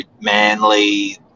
Manly